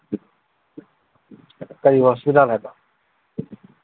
ꯀꯔꯤ ꯍꯣꯁꯄꯤꯇꯥꯜ ꯍꯥꯏꯕ